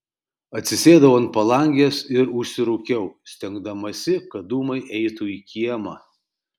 atsisėdau ant palangės ir užsirūkiau stengdamasi kad dūmai eitų į kiemą